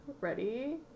Ready